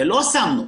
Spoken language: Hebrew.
ולא שמנו.